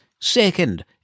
Second